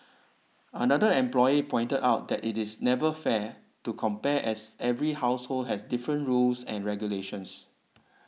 another employer pointed out that it is never fair to compare as every household has different rules and regulations